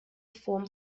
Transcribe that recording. form